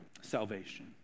salvation